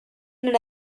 non